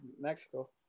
Mexico